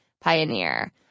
pioneer